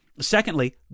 Secondly